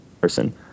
person